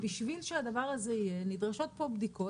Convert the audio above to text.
בשביל שהדבר הזה יהיה נדרשות פה בדיקות